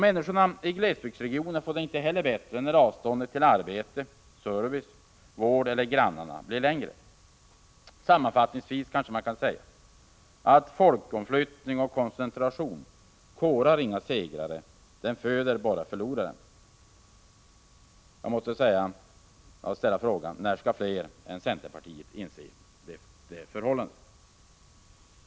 Människorna i glesbygdsregionerna får det inte heller bättre när avståndet till arbete, service, vård eller grannar blir längre. Sammanfattningsvis kan man säga: Folkomflyttning och koncentration korar inga segrare, det föder bara förlorare! När skall fler än centerpartiet inse detta förhållande?